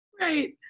right